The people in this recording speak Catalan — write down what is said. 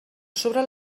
sobre